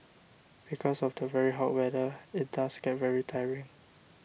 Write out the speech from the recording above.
because of the very hot weather it does get very tiring